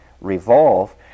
revolve